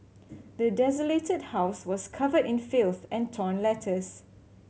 the desolated house was covered in filth and torn letters